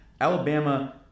Alabama